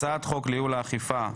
הצעת חוק ייעול האכיפה,